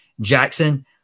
Jackson